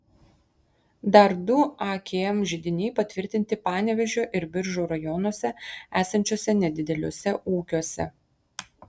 dar du akm židiniai patvirtinti panevėžio ir biržų rajonuose esančiuose nedideliuose ūkiuose